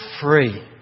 free